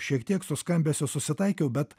šiek tiek su skambesiu susitaikiau bet